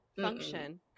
function